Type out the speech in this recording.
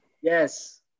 yes